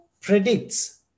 predicts